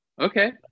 Okay